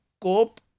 cope